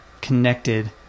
connected